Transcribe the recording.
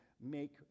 make